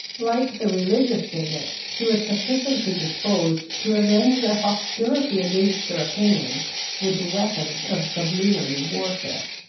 like the religious bigot, she was sufficiently disposed to avenge a hostility against her opinions with the weapons of sublunary warfare.